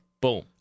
boom